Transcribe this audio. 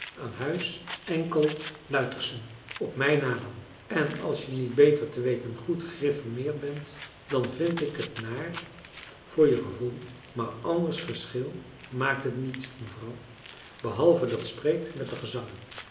aan huis enkel luitherschen op mij na dan en als je niet beter te weten goed griffermeerd bent dan vind ik het naar voor je gevoel maar anders verschil maakt het niet mevrouw behalve dat spreekt met de gezangen